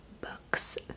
books